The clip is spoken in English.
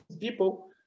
people